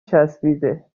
چسبیده